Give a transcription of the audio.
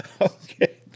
Okay